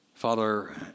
Father